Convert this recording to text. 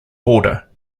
border